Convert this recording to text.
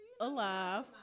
alive